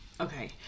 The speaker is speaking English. Okay